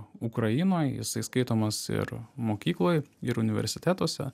ukrainoj jisai skaitomas ir mokykloj ir universitetuose